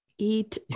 Eat